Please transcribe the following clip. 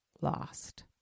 lost